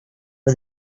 for